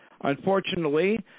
unfortunately